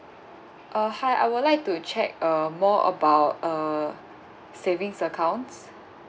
uh hi I would like to check uh more about uh savings accounts